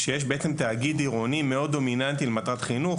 בהן יש תאגיד עירוני מאוד דומיננטי למטרת חינוך.